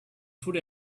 food